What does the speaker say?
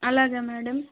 అలాగే మేడం